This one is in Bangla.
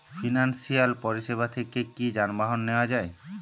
ফিনান্সসিয়াল পরিসেবা থেকে কি যানবাহন নেওয়া যায়?